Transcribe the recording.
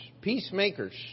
peacemakers